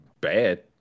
bad